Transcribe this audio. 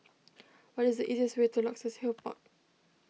what is the easiest way to Luxus Hill Park